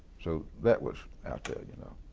so that was out there, you know.